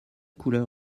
couleur